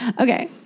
Okay